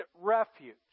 refuge